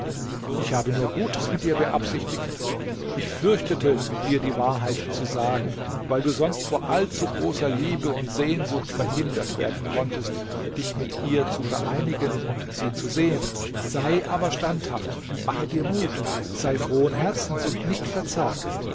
ich habe nur gutes mit dir beabsichtigt ich fürchtete dir die wahrheit zu sagen weil du sonst vor allzu großer liebe und sehnsucht verhindert werden konntest dich mit ihr zu vereinigen und sie zu sehen sei aber standhaft mache dir mut sei frohen herzens und nicht verzagt